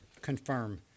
confirm